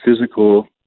physical